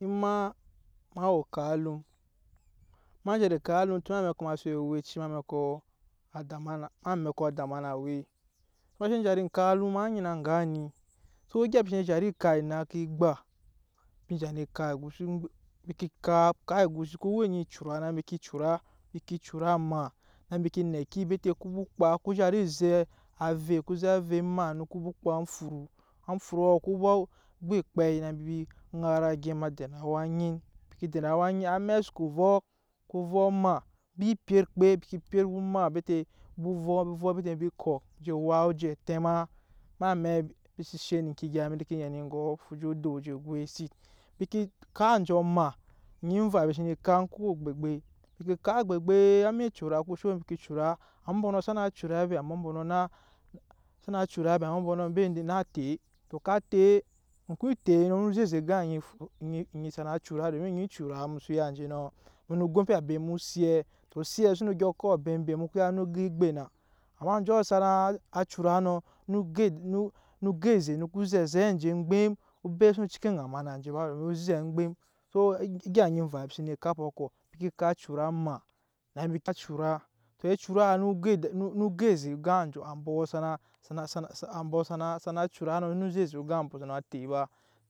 Ema, ma we oka alum, ma zhat ekap alum tun em'amɛkɔ ma sen we owɛci em'amɛkɔ ada em'amɛkɔ ada ma na we ema sen zhat ekap elam m nyina eŋga ni so egya mbi sene zhat ekap enai ke gba embi ke zhat ekap egusi eŋgbem embi ka kap egusi soko we onyi cura mbi ke cura mbi ke cura maa na mbi ke nɛki bete ku ba kpa ku zhat ezek ave ku zek ave maa no ku ba kpa amfuru amfuruɔ ku ba we ekpɛi na mbi ŋara dena awa anyi mbi ke den awa nyi amɛk soko vɔ ku vɔ maa mbii pyet okpe mbi ke o maa bete o bo vɔ o vɔ bete mbi cuk je wak ojɛ tɛma em'amɛk mbi se she ne eŋke egya mbi nee ke yɛn eŋgɔ fu je odop je goisi embi ke kap anjɔ maa onyi emva mbi sene kap eŋke we egbegbe embi ke kap egbegbe amɛk ecura o ko sho embi nee cura ambɔmbɔnɔ xsana cura ba ambɔmbɔnɔ naa te tɔ ka tee oŋke te noo ze eze ogan onyi sana cura domin onyi cura mu so ya enje nɔ mu noo gompi abe em'osiɛ tɔ osiɛ xsono ko abem be mu ko ya no gan egbena amma anjɔ sana cura nɔ no go eze no ko zɛ ezɛ enje egbem obe xsono cika ŋama na enje ba domin o zɛ ogbeŋ so egya onyi emva mbi senee kapɔ kɔ mbi ke kap cura maa na mbi ka cura tɔ ecura no go eze gan ete ambɔ sana cura nɔ tɛpi ambe sanaa te ba.